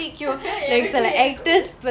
எனக்குள் எனக்கு:enakul enaku